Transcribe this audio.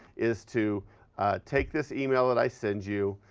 is to take this email that i send you,